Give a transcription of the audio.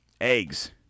eggs